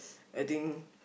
I think